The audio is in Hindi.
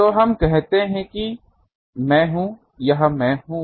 तो हम कहते हैं कि यह मैं हूँ यह मैं हूँ